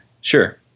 Sure